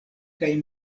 kaj